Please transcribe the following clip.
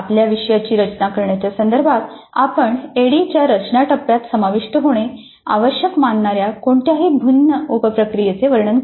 आपल्या विषयाची रचना करण्याच्या संदर्भात आपण ऍडी च्या रचना टप्प्यात समाविष्ट होणे आवश्यक मानणार्या कोणत्याही भिन्न उप प्रक्रियेचे वर्णन करा